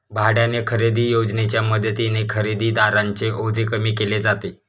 भाड्याने खरेदी योजनेच्या मदतीने खरेदीदारांचे ओझे कमी केले जाते